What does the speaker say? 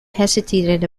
hesitated